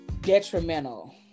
detrimental